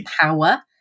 power